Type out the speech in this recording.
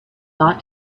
not